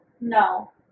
No